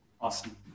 Awesome